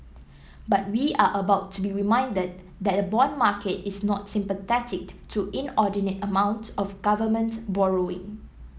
but we are about to be reminded that the bond market is not sympathetic to inordinate amounts of government borrowing